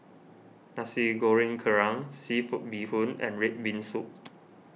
Nasi Goreng Kerang Seafood Bee Hoon and Red Bean Soup